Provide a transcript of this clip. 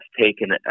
taken